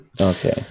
Okay